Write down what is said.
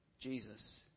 Jesus